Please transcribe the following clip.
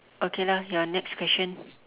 okay lah your next question